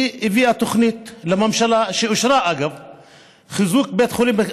היא הביאה תוכנית לממשלה שאישרה חיזוק בית חולים.